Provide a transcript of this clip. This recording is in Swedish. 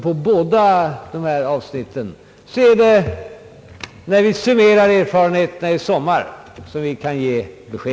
På båda dessa avsnitt är det alltså i sommar vi kan ge besked, när vi summerar erfarenheterna.